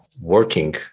working